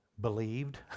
believed